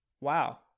wow